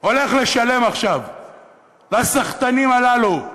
הולך לשלם עכשיו לסחטנים הללו.